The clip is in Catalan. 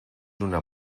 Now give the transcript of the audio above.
una